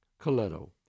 Coletto